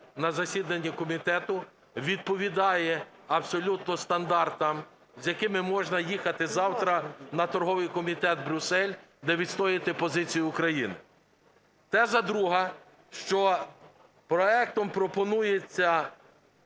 на засіданні комітету, відповідає абсолютно стандартам, з якими можна їхати завтра на торговий комітет в Брюссель, де відстоювати позицію України. Теза друга – що проектом пропонується